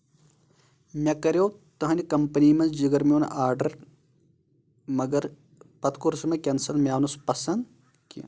مےٚ کَریو تہٕندِ کَمپٔنی منٛز جِگر میون آرڈر مَگر پَتہٕ کوٚر سُہ مےٚ کینسل مےٚ آو نہٕ سُہ پسنٛد کیٚنٛہہ